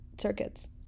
circuits